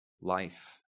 life